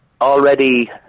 already